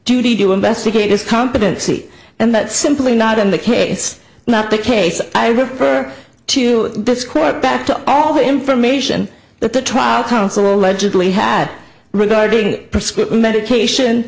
duty to investigate his competency and that simply not in the case not the case i refer to this court back to all the information that the trial counsel allegedly had regarding prescription medication